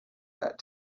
that